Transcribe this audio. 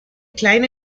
kleine